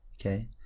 Okay